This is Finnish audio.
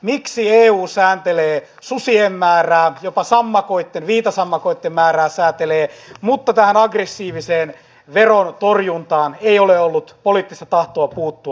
miksi eu sääntelee susien määrää jopa sammakoitten viitasammakoitten määrää säätelee mutta tähän aggressiiviseen verontorjuntaan ei ole ollut poliittista tahtoa puuttua